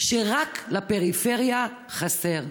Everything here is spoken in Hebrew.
שרק לפריפריה חסר?